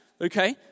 Okay